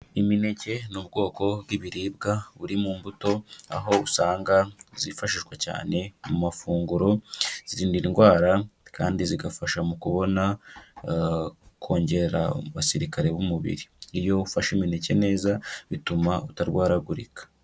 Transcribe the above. Imineke ni ubwoko bw'ibiribwa buri mu mbuto aho usanga zifashishwa cyane mu mafunguro zirinda indwara kandi zigafasha mu kubona, kongera abasirikare b'umubiri iyo ufashe imineke neza bituma utarwaragurika.